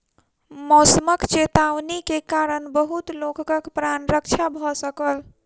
मौसमक चेतावनी के कारण बहुत लोकक प्राण रक्षा भ सकल